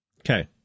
Okay